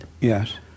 Yes